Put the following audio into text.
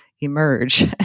emerge